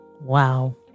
wow